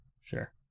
Sure